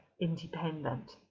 independent